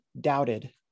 doubted